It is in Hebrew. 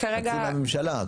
חצי מהממשלה.